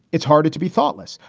it's harder to be thoughtless.